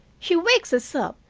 she wakes us up,